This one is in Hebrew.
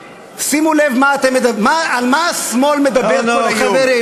חברים, נו, על מה השמאל מדבר כל היום?